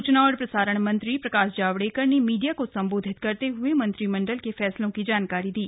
सूचना और प्रसारण मंत्री प्रकाश जावडेकर ने मीडिया को संबोधित करते हुए मंत्रीमंडल के फैसलों की जानकारी दी